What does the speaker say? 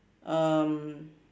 um